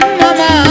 mama